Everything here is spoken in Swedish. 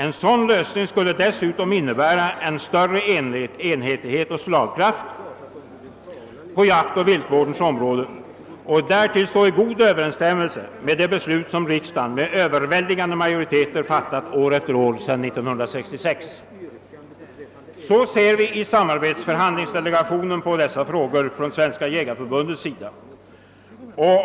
En sådan lösning skulle dessutom innebära en större enhetlighet och slagkraft på jaktoch viltvårdens område och därtill stå i god överensstämmelse med de beslut som riksdagen med överväldigande majoritet fattat år efter år sedan 1966. Så ser vi i samarbetsförhandlingsdelegationen på dessa frågor från Svenska jägareförbundets sida.